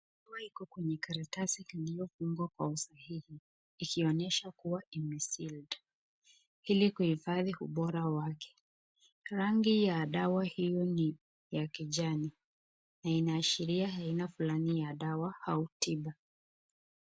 Dawa iko kwenye karatasi iliyofungwa kwa usahihi ikionyesha kuwa inner sealed ili kuhifadhi ubora wake. Rangi ya dawa hiyo ni ya kijani na inaashiria aina fulani ya dawa au tiba.